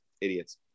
idiots